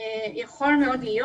יכול מאוד להיות